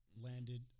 landed